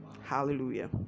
hallelujah